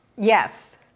Yes